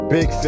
Big